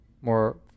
more